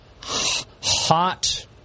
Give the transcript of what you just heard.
Hot